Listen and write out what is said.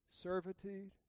servitude